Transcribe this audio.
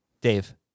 Dave